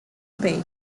pay